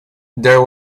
there